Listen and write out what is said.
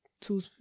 two